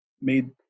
made